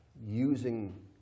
Using